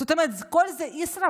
זאת אומרת, כל זה ישראבלוף.